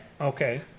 Okay